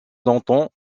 longtemps